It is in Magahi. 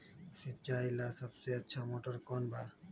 सिंचाई ला सबसे अच्छा मोटर कौन बा?